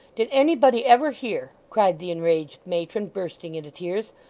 did anybody ever hear cried the enraged matron, bursting into tears,